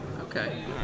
Okay